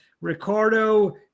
Ricardo